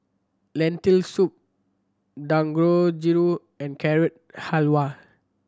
Lentil Soup Dangojiru and Carrot Halwa